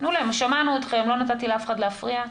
שמענו אתכם, לא נתתי לאף אחד להפריע.